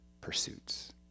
pursuits